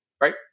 right